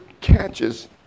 catches